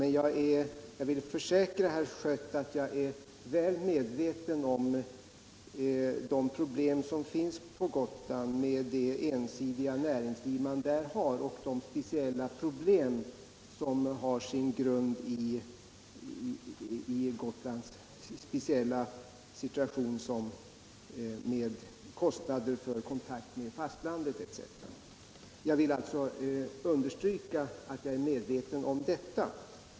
Men jag vill försäkra herr Schött att jag är väl medveten om de problem som finns på Gotland med det ensidiga näringsliv man där har och de problem som har sin grund i Gotlands speciella situation med kostnader för kontakt med fastlandet etc. Jag vill alltså understryka att jag är medveten om detta.